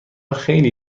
خیلی